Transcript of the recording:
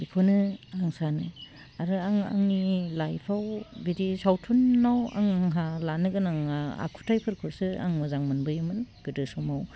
बेखौनो आं सानो आरो आङो आंनि लाइफआव बिदि सावथुनाव आंहा लानो गोनाङा आखुथाइफोरखौसो आं मोजां मोनबोयोमोन गोदो समाव